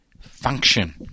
function